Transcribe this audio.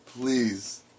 please